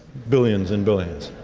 billions and billions.